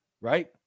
right